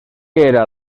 era